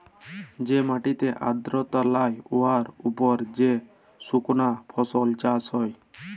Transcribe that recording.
যে মাটিতে আর্দ্রতা লাই উয়ার উপর যে সুকনা ফসল চাষ হ্যয়